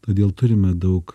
todėl turime daug